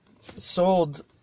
sold